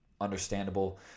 understandable